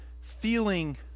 feeling